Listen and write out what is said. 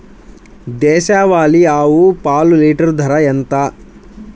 దేశవాలీ ఆవు పాలు లీటరు ధర ఎంత?